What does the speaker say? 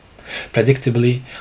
predictably